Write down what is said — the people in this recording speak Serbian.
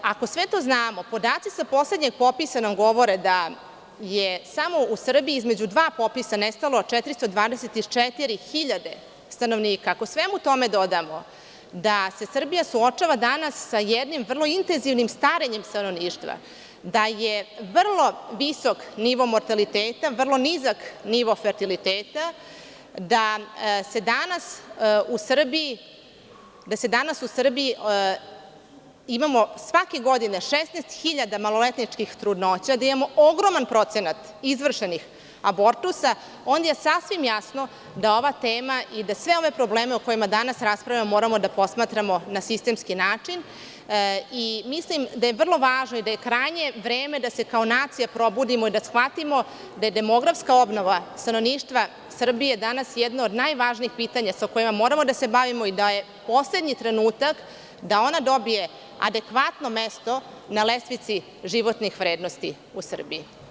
Ako sve to znamo podaci sa poslednjeg popisa nam govore da je samo u Srbiji između dva popisa nestalo 424.000 stanovnika i ako svemu tome dodamo da se Srbija suočava danas sa jednim vrlo intenzivnim starenjem stanovništva, da je vrlo visok nivo mortaliteta, vrlo nizak nivo fertiliteta da se danas u Srbiji imamo svake godine 16.000 maloletničkih trudnoća, da imamo ogroman procenat izvršenih abortusa on je sasvim jasno da ova tema i da sve ove probleme o kojima danas raspravljamo moramo da posmatramo na sistemski način i mislim da je vrlo važno i da je krajnje vreme kao nacija probudimo i da shvatimo da je demografska obnova stanovništva Srbije, danas jedna od najvažnijih pitanja sa čime treba da se bavimo i da je poslednji trenutak da ona dobije adekvatno mesto na lestvici u Srbiji.